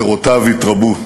פירותיו התרבו.